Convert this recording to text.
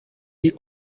die